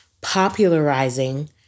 popularizing